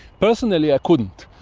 personally i couldn't,